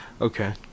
Okay